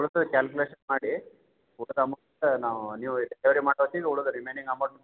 ಉಳ್ದ calculation ಮಾಡಿ ಊಟದ amount ನಾವು ನೀವು ಹೆಚ್ಚುವರಿ ಮಾಡುವತ್ತಿಗೆ ಉಳಿದ ರಿಮೈನಿಂಗ್ ಅಮೌಂಟ್